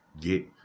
get